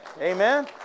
Amen